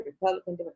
republican